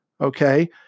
okay